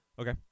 Okay